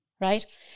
right